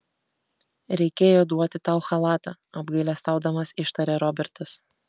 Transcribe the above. reikėjo duoti tau chalatą apgailestaudamas ištarė robertas